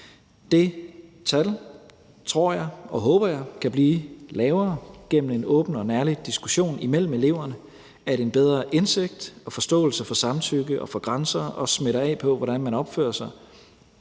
Det tal tror jeg og håber jeg kan blive lavere gennem en åben og en ærlig diskussion mellem eleverne – at en bedre indsigt og forståelse for samtykke og for grænser også smitter af på, hvordan man opfører sig.